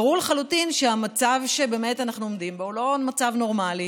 ברור לחלוטין שהמצב שאנחנו עומדים בו הוא לא מצב נורמלי,